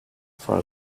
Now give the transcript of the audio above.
for